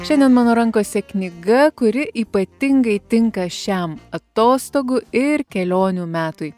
šiandien mano rankose knyga kuri ypatingai tinka šiam atostogų ir kelionių metui